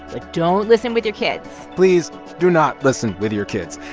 but don't listen with your kids please do not listen with your kids.